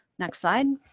next slide.